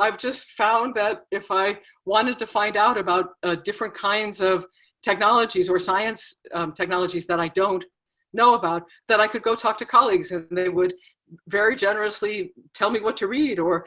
i've just found out if i wanted to find out about different kinds of technologies or science technologies that i don't know about, that i could go talk to colleagues and they would very generously tell me what to read or